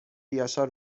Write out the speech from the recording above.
یاشار